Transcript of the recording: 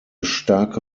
starke